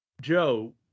Joe